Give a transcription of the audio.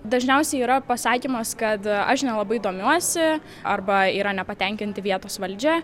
dažniausiai yra pasakymas kad aš nelabai domiuosi arba yra nepatenkinti vietos valdžia